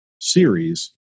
series